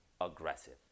aggressive